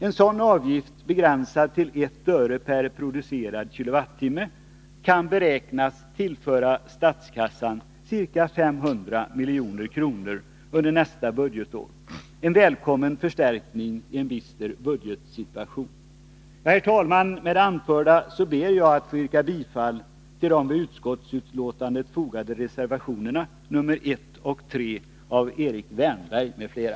En sådan avgift, begränsad till I öre per producerad kWh, kan beräknas tillföra statskassan ca 500 milj.kr. under nästa budgetår, en välkommen förstärkning i en bister budgetsituation. Med det anförda ber jag att få yrka bifall till de vid utskottsbetänkandet fogade reservationerna nr 1 och 3 av Erik Wärnberg m.fl.